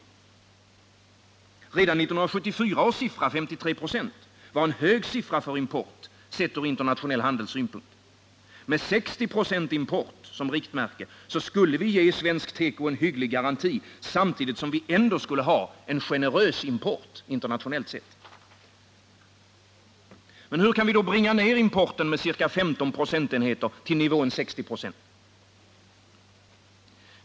Redan 1974 års siffra — 53 96 — var en hög siffra för import, sett ur internationell handelssynpunkt. Med 60 26 import som riktmärke skulle vi ge svensk teko en hygglig garanti, samtidigt som vi ändå skulle ha en generös import internationellt sett. Hur kan vi då bringa ner importen med ca 15 procentenheter till nivån 60 26?